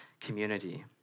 community